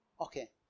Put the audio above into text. Okay